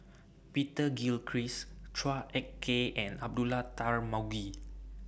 Peter Gilchrist Chua Ek Kay and Abdullah Tarmugi